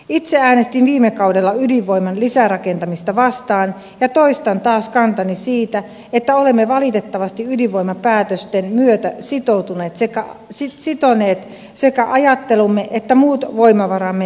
itse äänestin viime kaudella ydinvoiman lisärakentamista vastaan ja toistan taas kantani että olemme valitettavasti ydinvoimapäätösten myötä sitoneet sekä ajattelumme että muut voimavaramme menneeseen maailmaan